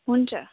हुन्छ